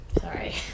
Sorry